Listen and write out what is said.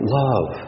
love